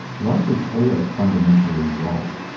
life is always fundamentally right,